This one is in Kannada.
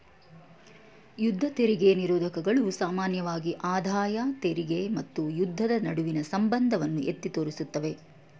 ಯುದ್ಧ ತೆರಿಗೆ ನಿರೋಧಕಗಳು ಸಾಮಾನ್ಯವಾಗಿ ಆದಾಯ ತೆರಿಗೆ ಮತ್ತು ಯುದ್ಧದ ನಡುವಿನ ಸಂಬಂಧವನ್ನ ಎತ್ತಿ ತೋರಿಸುತ್ತವೆ